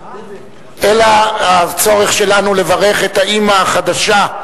אלא הצורך שלנו לברך את האמא החדשה,